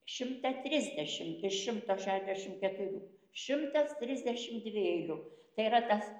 šimtą trisdešim iš šimto šešiasdešim keturių šimtas trisdešim dvieilių tai yra tas